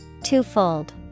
Twofold